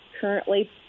currently